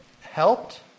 Helped